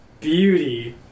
Beauty